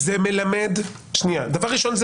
דבר ראשון,